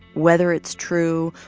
whether it's true,